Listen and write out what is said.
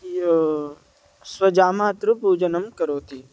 यः स्वजामातृपूजनं करोति